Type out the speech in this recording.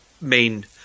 Main